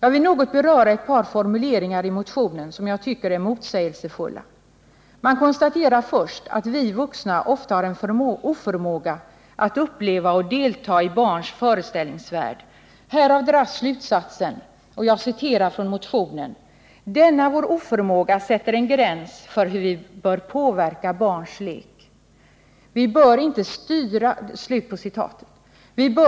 Jag vill något beröra ett par formuleringar i motionen som jag tycker är motsägelsefulla. Man konstaterar först att vi vuxna ofta har en oförmåga att uppleva och delta i barns föreställningsvärld. Härav dras slutsatsen: ”Denna vår oförmåga sätter en gräns för i vilken grad vi bör påverka barns lek.” Vi bör